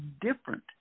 different